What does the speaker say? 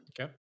okay